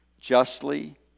justly